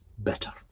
better